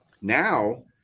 Now